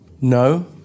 No